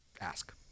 ask